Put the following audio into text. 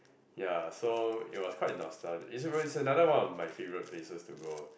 ya so it was quite nostalgic it was it's another one of my favourite places to go